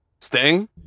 Sting